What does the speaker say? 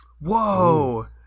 Whoa